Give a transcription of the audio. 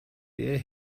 ihr